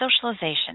socialization